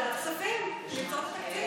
לוועדת הכספים, ליצור את התקציב.